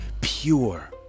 pure